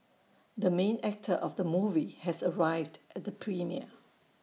the main actor of the movie has arrived at the premiere